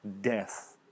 death